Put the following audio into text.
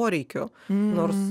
poreikio nors